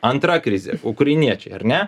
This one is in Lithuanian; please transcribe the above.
antra krizė ukrainiečiai ar ne